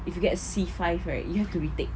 if you get C five right you have to retake